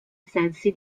sensi